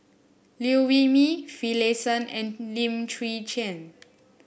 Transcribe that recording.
Liew Wee Mee Finlayson and Lim Chwee Chian